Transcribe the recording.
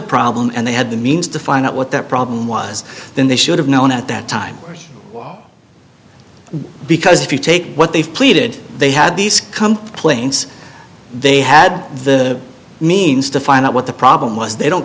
problem and they had the means to find out what that problem was then they should have known at that time because if you take what they've pleaded they had these complaints they had the means to find out what the problem was they don't